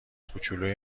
کوچلوی